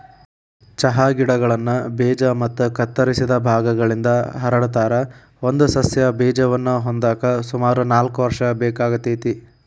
ಚಹಾ ಗಿಡಗಳನ್ನ ಬೇಜ ಮತ್ತ ಕತ್ತರಿಸಿದ ಭಾಗಗಳಿಂದ ಹರಡತಾರ, ಒಂದು ಸಸ್ಯ ಬೇಜವನ್ನ ಹೊಂದಾಕ ಸುಮಾರು ನಾಲ್ಕ್ ವರ್ಷ ಬೇಕಾಗತೇತಿ